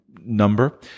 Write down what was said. number